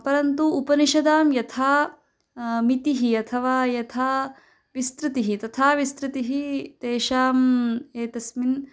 परन्तु उपनिषदां यथा मितिः अथवा यथा विस्तृतिः तथा विस्तृतिः तेषाम् एतस्मिन्